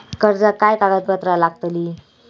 कर्जाक काय कागदपत्र लागतली?